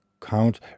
count